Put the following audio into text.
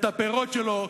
את הפירות שלו,